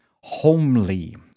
homely